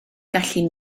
gallu